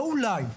לא אולי.